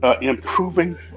improving